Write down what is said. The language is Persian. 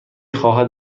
خواهد